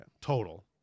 total